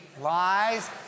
lies